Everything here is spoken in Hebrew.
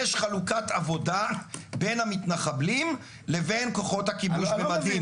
יש חלוקת עבודה בין המתנחבלים לבין כוחות הכיבוש במדים.